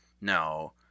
no